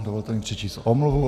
Dovolte mi přečíst omluvu.